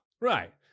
Right